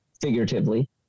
figuratively